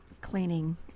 cleaning